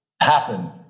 happen